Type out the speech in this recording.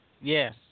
Yes